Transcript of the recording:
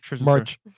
march